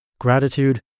Gratitude